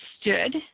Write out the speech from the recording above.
stood